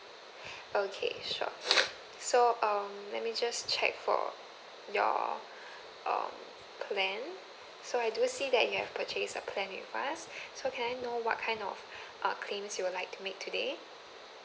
okay sure so um let me just check for your uh plan so I do see that you have purchase a plan with us so can I know what kind of uh claims you will like to make today